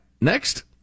next